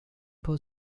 paul